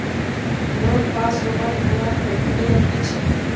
Loan pass होबार पुरा प्रक्रिया की छे?